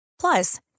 Plus